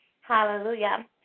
hallelujah